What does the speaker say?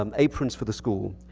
um aprons for the school,